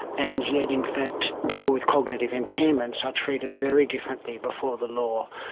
and yet in fact people with cognitive impairments are treated very differently before the law.